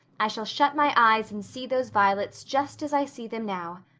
i shall shut my eyes and see those violets just as i see them now.